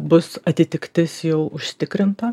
bus atitiktis jau užtikrinta